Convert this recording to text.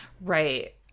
right